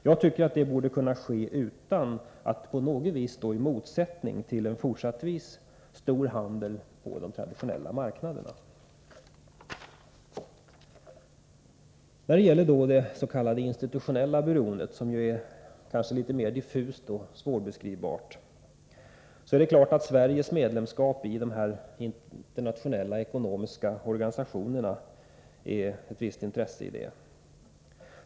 Jag tycker att detta borde kunna ske utan att på något sätt stå i motsatsställning till en fortsättningsvis stor handel på de traditionella marknaderna. När det gäller det s.k. institutionella beroendet, som kanske är litet mera diffust och svårbeskrivbart, är det klart att Sveriges medlemskap i de internationella ekonomiska organisationerna är av ett visst intresse.